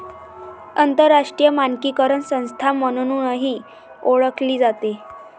आंतरराष्ट्रीय मानकीकरण संस्था म्हणूनही ओळखली जाते